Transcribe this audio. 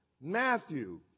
Matthew